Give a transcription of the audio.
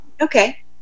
Okay